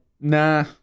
nah